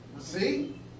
See